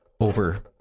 over